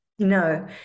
No